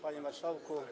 Panie Marszałku!